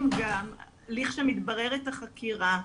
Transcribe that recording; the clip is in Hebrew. גם כשמתבררת החקירה,